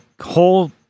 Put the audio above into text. whole